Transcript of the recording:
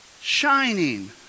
shining